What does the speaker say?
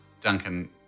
Duncan